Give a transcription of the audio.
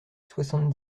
soixante